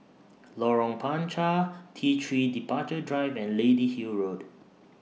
Lorong Panchar T three Departure Drive and Lady Hill Road